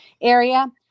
area